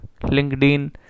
LinkedIn